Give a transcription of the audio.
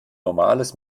normales